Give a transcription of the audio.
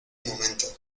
momento